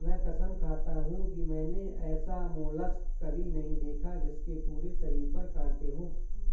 मैं कसम खाता हूँ कि मैंने ऐसा मोलस्क कभी नहीं देखा जिसके पूरे शरीर पर काँटे हों